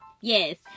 yes